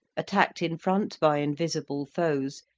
attacked in front by invisible foes,